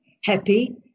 happy